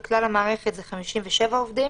בכלל המערכת זה 57 עובדים: